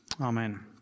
Amen